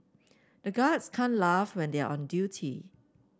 the guards can't laugh when they are on duty